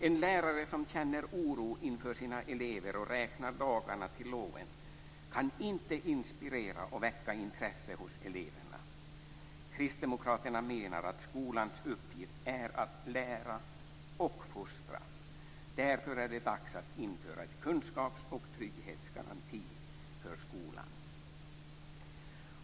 En lärare som känner oro inför sina elever och räknar dagarna till loven kan inte inspirera och väcka intresse hos eleverna. Kristdemokraterna menar att skolans uppgift är att lära och fostra. Därför är det dags att införa en kunskaps och trygghetsgaranti i skolan.